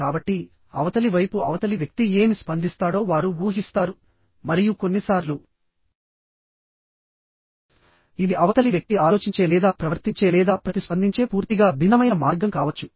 కాబట్టిఅవతలి వైపు అవతలి వ్యక్తి ఏమి స్పందిస్తాడో వారు ఊహిస్తారు మరియు కొన్నిసార్లు ఇది అవతలి వ్యక్తి ఆలోచించే లేదా ప్రవర్తించే లేదా ప్రతిస్పందించే పూర్తిగా భిన్నమైన మార్గం కావచ్చు